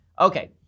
Okay